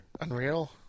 Unreal